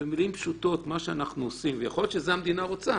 במילים פשוטות מה שאנחנו עושים ויכול להיות שזה המדינה רוצה,